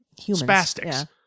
spastics